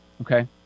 okay